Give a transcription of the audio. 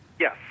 yes